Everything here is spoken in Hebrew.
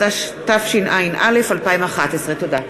התשע"א 2011. תודה.